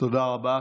תודה רבה.